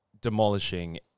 demolishing